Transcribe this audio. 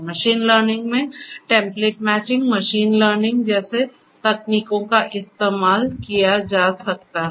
machine learning में template matching machine learning जैसी तकनीकों का इस्तेमाल किया जा सकता है